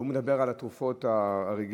והוא מדבר על התרופות הרגילות,